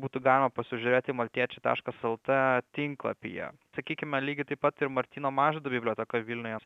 būtų galima pasižiūrėti maltiečių taškas lt tinklapyje sakykime lygiai taip pat ir martyno mažvydo biblioteka vilniuje